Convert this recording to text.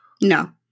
No